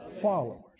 Followers